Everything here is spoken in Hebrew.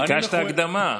ביקשת הקדמה.